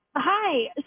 Hi